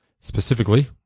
specifically